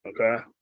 Okay